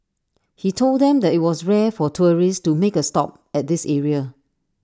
he told them that IT was rare for tourists to make A stop at this area